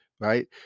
right